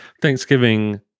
Thanksgiving